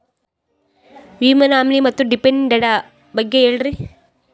ವಿಮಾ ನಾಮಿನಿ ಮತ್ತು ಡಿಪೆಂಡಂಟ ಬಗ್ಗೆ ಹೇಳರಿ?